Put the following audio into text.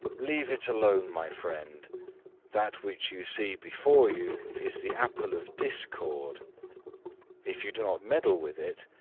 leave it alone, my friend that which you see before you is the apple of discord if you do not meddle with it,